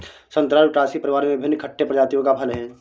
संतरा रुटासी परिवार में विभिन्न खट्टे प्रजातियों का फल है